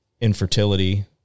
infertility